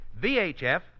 VHF